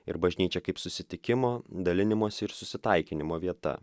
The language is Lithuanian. ir bažnyčia kaip susitikimo dalinimosi ir susitaikinimo vieta